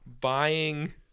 buying